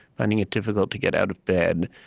finding it difficult to get out of bed,